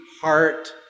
heart